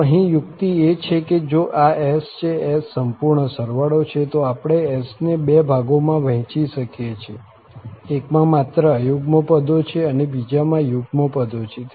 તો અહીં યુક્તિ એ છે કે જો આ S છેS સંપૂર્ણ સરવાળો છે તો આપણે S ને બે ભાગોમાં વહેંચી શકીએ છીએ એકમાં માત્ર અયુગ્મ પદો છે અને બીજામાં યુગ્મ પદો છે